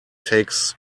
takes